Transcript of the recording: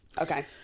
Okay